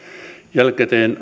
jälkikäteen